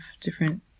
different